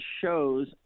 shows